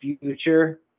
future